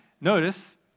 notice